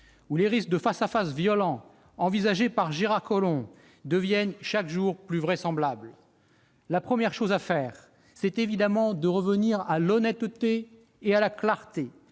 ou les risques de face-à-face violent envisagés par Gérard Collomb deviennent chaque jour plus vraisemblables. La première chose à faire, c'est évidemment de revenir à l'honnêteté et à la clarté.